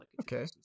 okay